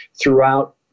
throughout